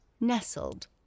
nestled